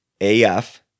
AF